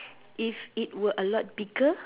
if it were a lot bigger